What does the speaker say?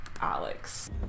alex